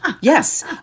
Yes